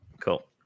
Cool